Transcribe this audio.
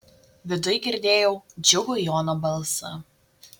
viduj girdėjau džiugų jono balsą